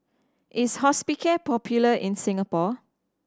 is Hospicare popular in Singapore